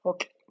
Okay